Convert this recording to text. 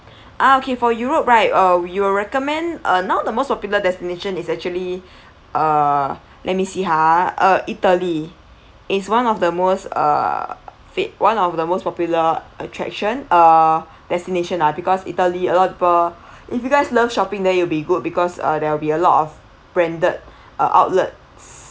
ah okay for europe right uh we will recommend uh now the most popular destination is actually uh let me see ha uh italy is one of the most uh fit one of the most popular attraction uh destination lah because italy a lot of people if you guys love shopping then it'll be good because uh there will be a lot of branded uh outlet